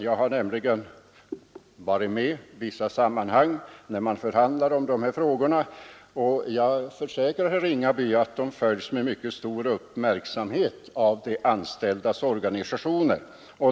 Jag har emellertid varit med i vissa sammanhang, när man förhandlat om dessa frågor, och jag försäkrar herr Ringaby att de följs med mycket stor uppmärksamhet av de anställdas organisationer.